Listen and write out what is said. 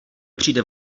přijde